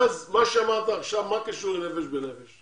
מה שאמרת עכשיו, במה זה קשור לנפש בנפש?